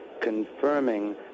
confirming